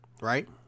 Right